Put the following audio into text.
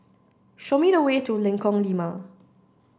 show me the way to Lengkong Lima